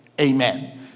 Amen